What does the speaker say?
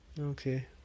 Okay